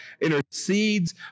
intercedes